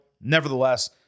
Nevertheless